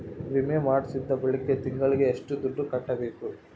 ವಿಮೆ ಮಾಡಿಸಿದ ಬಳಿಕ ತಿಂಗಳಿಗೆ ಎಷ್ಟು ದುಡ್ಡು ಕಟ್ಟಬೇಕು?